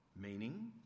meaning